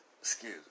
Excuse